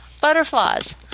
butterflies